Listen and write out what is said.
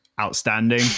outstanding